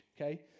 okay